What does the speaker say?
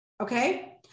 Okay